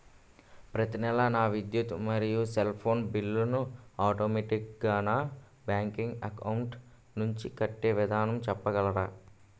ప్రతి నెల నా విద్యుత్ మరియు సెల్ ఫోన్ బిల్లు ను ఆటోమేటిక్ గా నా బ్యాంక్ అకౌంట్ నుంచి కట్టే విధానం చెప్పగలరా?